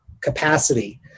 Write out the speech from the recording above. capacity